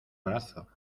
brazo